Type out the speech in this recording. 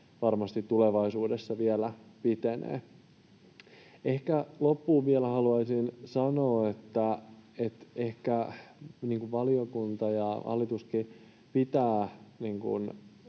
varmasti tulevaisuudessa vielä pitenevät. Ehkä loppuun vielä haluaisin sanoa, että valiokunta ja hallituskin pitävät